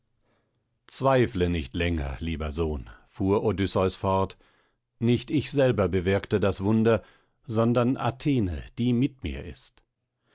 zweifle nicht länger lieber sohn fuhr odysseus fort nicht ich selber bewirkte das wunder sondern athene die mit mir ist